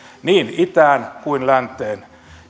niin itään kuin länteen